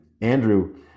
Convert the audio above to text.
Andrew